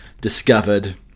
discovered